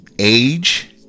age